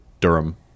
durham